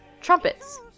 trumpets